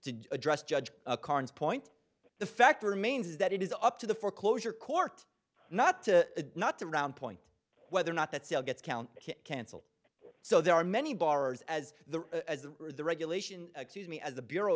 to address judge carnes point the fact remains that it is up to the foreclosure court not to not to round point whether or not that sale gets counted cancelled so there are many bars as the as the regulation excuse me as the bureau